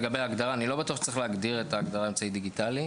אני לא בטוח שצריך להגדיר את ההגדרה "אמצעי דיגיטלי".